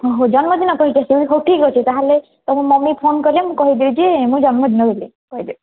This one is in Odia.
ହଉ ଜନ୍ମଦିନ କହିକି ଆସିବ କି ହଉ ଠିକ୍ ଅଛି ତା'ହେଲେ ତୁମ ମମ୍ମି ଫୋନ୍ କଲେ ମୁଁ କହିଦେବି ଯେ ମୋ ଜନ୍ମଦିନ ବୋଲି କହିଦେବି